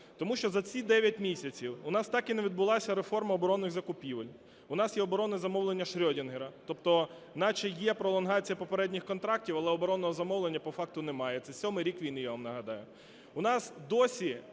Тому що за ці дев'ять місяців у нас так і не відбулася реформа оборонних закупівель. У нас є оборонне замовлення Шредінгера, тобто, наче є пролонгація попередніх контрактів, але оборонного замовлення по факту немає. Це сьомий рік війни, я вам нагадаю.